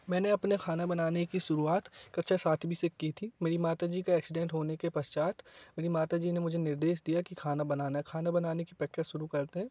मैंने अपने खाना बनाने कि शुरुआत कक्षा सातवीं से कि थी मेरी माता जी का एक्सीडेंट होने के पश्चात मेरी माता जी ने मुझे निर्देश दिया कि खाना बनाना खाना बनाने कि पैक्टिस शुरू कर दे